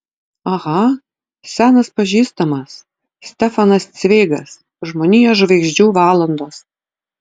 aha senas pažįstamas stefanas cveigas žmonijos žvaigždžių valandos